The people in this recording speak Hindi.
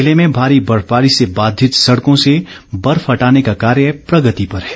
जिले में भारी बर्फबारी से बाधित सड़कों से बर्फ हटाने का कार्य प्रगति पर है